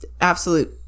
absolute